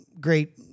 great